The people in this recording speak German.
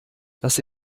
das